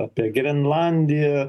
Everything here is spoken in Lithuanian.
apie grenlandiją